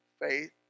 faith